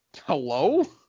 Hello